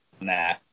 nah